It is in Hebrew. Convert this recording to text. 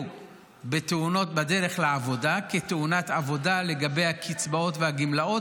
בתאונות בדרך לעבודה כתאונת עבודה לגבי הקצבאות והגמלאות.